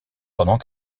pendant